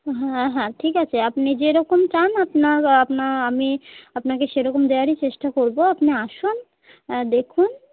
হ্যাঁ হ্যাঁ ঠিক আছে আপনি যেরকম চান আপনার আপ আমি আপনাকে সেরকম দেওয়ারই চেষ্টা করবো আপনি আসুন দেখুন